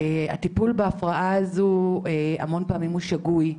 הטיפול בהפרעה הזו הוא שגוי, המון פעמים.